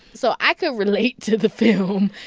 so i could relate to the film.